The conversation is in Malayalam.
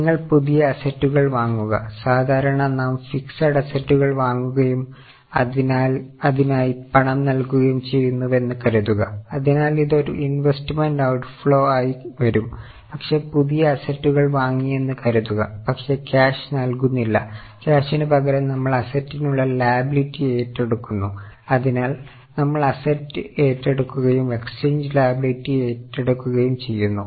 നിങ്ങൾ പുതിയ അസ്സറ്റുകൾ വാങ്ങുക സാധാരണ നാം ഫിക്സെഡ് അസ്സറ്റുകൾ വാങ്ങുകയും അതിനായി പണം നൽകുകയും ചെയ്യുന്നുവെന്ന് കരുതുക അതിനാൽ ഇത് ഒരു ഇൻവെസ്റ്റ്മെന്റ് ഔട്ട് ഫ്ലോ ഏറ്റെടുക്കുകയും ചെയ്യുന്നു